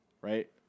Right